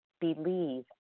believe